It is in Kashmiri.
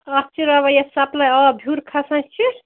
اَتھ چھِ راوان یَتھ سَپلاے آب ہیٚور کھَسان چھِ